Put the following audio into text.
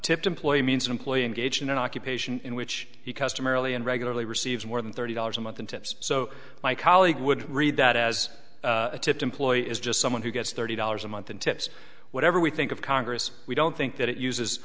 tipped employee means employee engaged in an occupation in which he customarily and regularly receives more than thirty dollars a month and tips so my colleague would read that as a tip employee is just someone who gets thirty dollars a month and tips whatever we think of congress we don't think that it uses